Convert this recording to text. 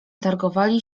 targowali